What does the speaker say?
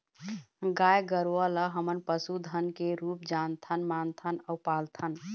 गाय गरूवा ल हमन पशु धन के रुप जानथन, मानथन अउ पालथन